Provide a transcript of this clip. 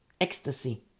Ecstasy